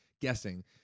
guessing